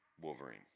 Wolverine